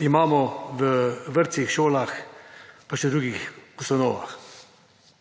imamo v vrtcih, šolah pa še v drugih ustanovah.